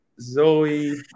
Zoe